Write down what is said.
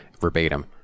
verbatim